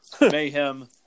mayhem